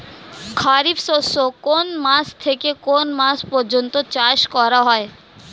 খারিফ শস্য কোন মাস থেকে কোন মাস পর্যন্ত চাষ করা হয়?